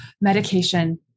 medication